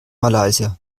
malaysia